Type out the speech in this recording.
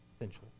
essentially